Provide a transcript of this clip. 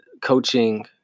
coaching